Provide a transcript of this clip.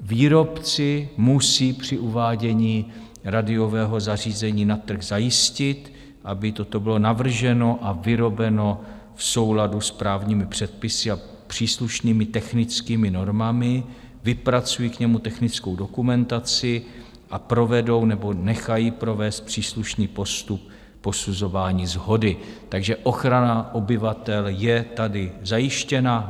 Výrobci musí při uvádění radiového zařízení na trh zajistit, aby toto bylo navrženo a vyrobeno v souladu s právními předpisy a příslušnými technickými normami, vypracují k němu technickou dokumentaci a provedou nebo nechají provést příslušný postup posuzování shody, takže ochrana obyvatel je tady zajištěna.